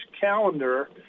calendar